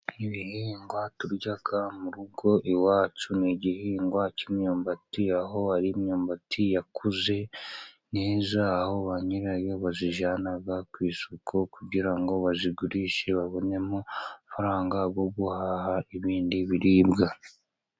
Ibihingwa turya mu rugo iwacu, ni igihingwa cy'imyumbati, aho ari imyumbati yakuze neza, aho ba nyirayo bayijyana ku isoko, kugira ngo bayigurishe, babone amafaranga yo guhaha ibindi biribwa.